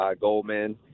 Goldman